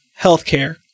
healthcare